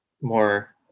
more